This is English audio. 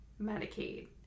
Medicaid